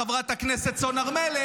חברת הכנסת סון הר מלך.